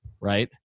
right